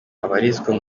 abarizwa